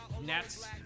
Nets